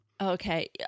Okay